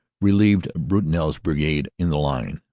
relieved brutinel's brigade in the line,